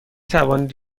توانید